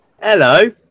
Hello